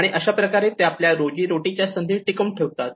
आणि अशाप्रकारे ते आपल्या रोजीरोटीच्या संधी टिकवून ठेवतात